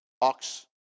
Ox